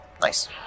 nice